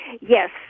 Yes